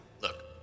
Look